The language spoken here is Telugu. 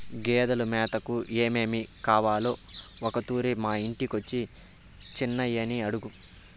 గేదెలు మేతకు ఏమేమి కావాలో ఒకతూరి మా ఇంటికొచ్చి చిన్నయని అడుగు